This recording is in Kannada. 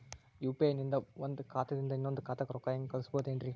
ಯು.ಪಿ.ಐ ನಿಂದ ಒಂದ್ ಖಾತಾದಿಂದ ಇನ್ನೊಂದು ಖಾತಾಕ್ಕ ರೊಕ್ಕ ಹೆಂಗ್ ಕಳಸ್ಬೋದೇನ್ರಿ?